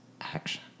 action